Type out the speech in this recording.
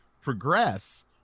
progress